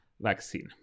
vaccine